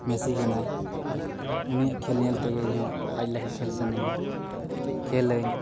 ᱢᱮᱥᱤ ᱠᱟᱱᱟᱭ ᱩᱱᱤᱭᱟᱜ ᱠᱷᱮᱹᱞ ᱧᱮᱞ ᱛᱮᱜᱮ ᱤᱧᱦᱚᱸ ᱟᱡ ᱞᱮᱠᱟ ᱠᱷᱮᱹᱞ ᱥᱟᱱᱟᱧᱟ ᱠᱷᱮᱹᱞᱟᱹᱧ